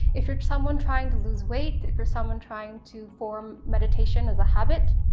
if you're someone trying to lose weight, if you're someone trying to form meditation as a habit,